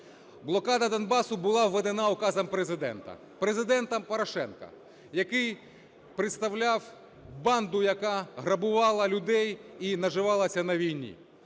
Блокада Донбасу була введена указом Президента, Президентом Порошенко, який представляв банду, яка грабувала людей і наживалася на війні.